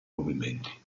movimenti